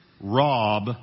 rob